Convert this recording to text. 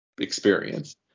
experience